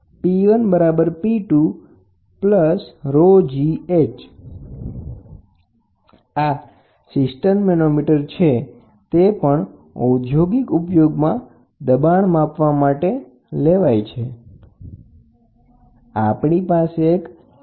તમારી પાસે એક ઇન્ક્લાઇન્ડ ટ્યુબ મેનોમીટર પણ છે